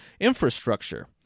infrastructure